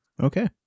Okay